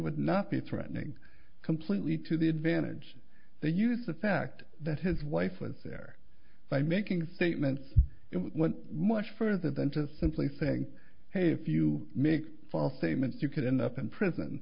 would not be threatening completely to their advantage to use the fact that his wife was there by making statements much further than just simply saying hey if you make false statements you could end up in prison